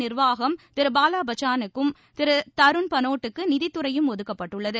நிர்வாகம் திரு பாலா பச்சானுக்கும் திரு தருண் பனோட்டுக்கு நிதித்துறையும் ஒதுக்கப்பட்டுள்ளது